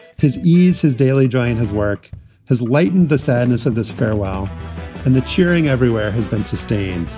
his ease, his daily joy in his work has lighten the sadness of this farewell and the cheering everywhere has been sustained.